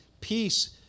peace